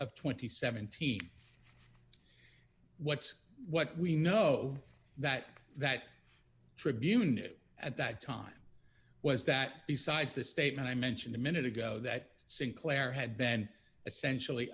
and seventeen what's what we know that that tribune knew at that time was that besides the statement i mentioned a minute ago that sinclair had been essentially